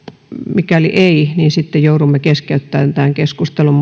mikäli eivät niin sitten joudumme keskeyttämään tämän keskustelun